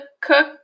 cook